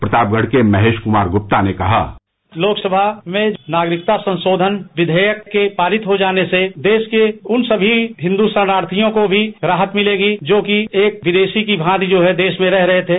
प्रतापगढ़ के महेश कुमार गुप्ता ने कहा लोकसभा में नागरिक संशोधन विधेयक के पारित हो जाने से देश के उन सभी हिन्दू शरणार्थियों को राहत मिलेगी जो एक विदेशी की भांति देश में रह रहे थे